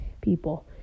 people